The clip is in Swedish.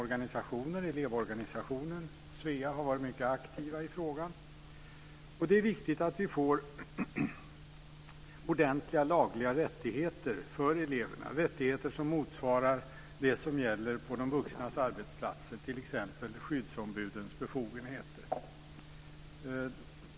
Bl.a. har elevorganisationen Svea varit mycket aktiv i frågan. Det är viktigt att vi får ordentliga lagliga rättigheter för eleverna - rättigheter som motsvarar det som gäller på de vuxnas arbetsplatser, t.ex. skyddsombudens befogenheter.